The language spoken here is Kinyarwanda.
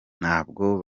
ntabwo